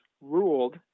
ruled